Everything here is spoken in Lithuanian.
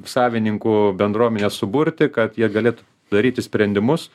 savininkų bendruomenę suburti kad jie galėtų daryti sprendimus